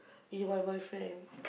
he my boyfriend